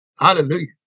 Hallelujah